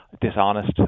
dishonest